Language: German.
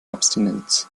abstinenz